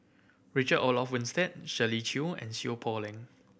Richard Olaf Winstedt Shirley Chew and Seow Poh Leng